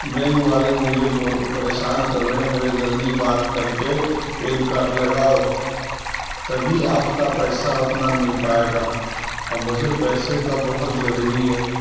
bank والے مجھے پریشان کر رہے ہیں بولے جلدی بات کر کے پین کارڈ لگاؤ تبھی آپ کا پیسہ اتنا مل پائے گا اب مجھے پیسے کا بہت ضروری ہے